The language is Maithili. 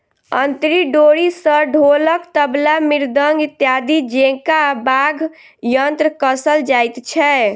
अंतरी डोरी सॅ ढोलक, तबला, मृदंग इत्यादि जेंका वाद्य यंत्र कसल जाइत छै